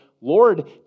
Lord